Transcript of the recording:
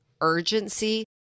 urgency